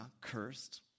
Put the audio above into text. cursed